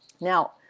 Now